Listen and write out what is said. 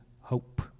hope